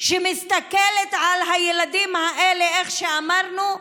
שמסתכלת על הילדים האלה איך אמרנו,